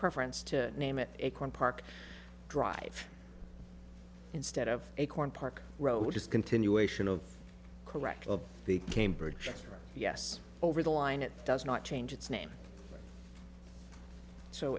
preference to name it a car park drive instead of a corn park road just continuation of correct of the cambridge yes over the line it does not change its name so